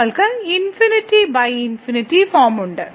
നമ്മൾക്ക് ∞∞ ഫോം ഉണ്ട്